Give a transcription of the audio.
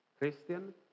Christian